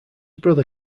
brother